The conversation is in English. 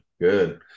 good